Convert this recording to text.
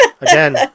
Again